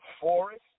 Forest